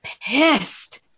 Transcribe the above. pissed